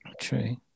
true